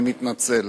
אני מתנצל.